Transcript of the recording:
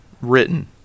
written